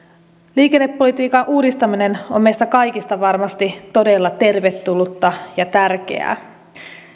liikennepolitiikan uudistaminen on meistä kaikista varmasti todella tervetullutta ja tärkeää